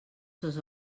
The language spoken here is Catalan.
ses